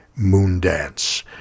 Moondance